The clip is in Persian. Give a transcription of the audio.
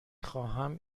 خواهم